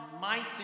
mighty